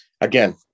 again